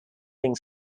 being